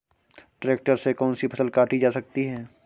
Tractor से कौन सी फसल काटी जा सकती हैं?